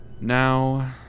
Now